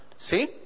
See